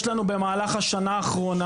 יש לנו במהלך השנה האחרונה